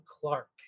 Clark